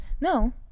No